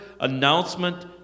announcement